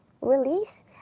release